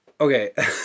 okay